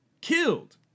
killed